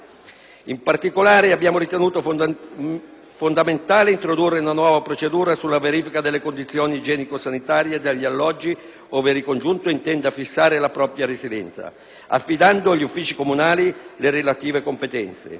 In particolare, abbiamo ritenuto fondamentale introdurre una nuova procedura sulla verifica delle condizioni igienico-sanitarie degli alloggi ove il ricongiunto intenda fissare la propria residenza, affidando agli uffici comunali le relative competenze.